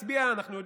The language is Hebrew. תצביע: אנחנו יודעים,